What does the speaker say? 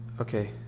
okay